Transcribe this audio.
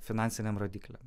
finansiniam rodikliam